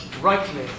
rightly